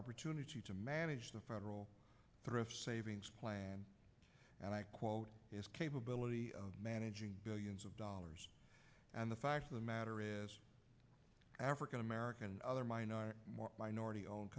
opportunity to manage the federal thrift savings plan and i quote is capability of managing billions of dollars and the fact of the matter is african american and other minor minority owned